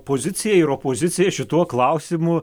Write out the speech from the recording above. pozicija ir opozicija šituo klausimu